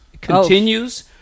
continues